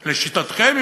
לשיטתכם,